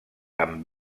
amb